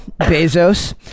Bezos